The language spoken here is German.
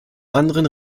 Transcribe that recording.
anderen